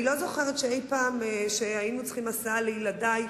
אני לא זוכרת שאי-פעם, כשהיינו צריכים הסעה לילדי,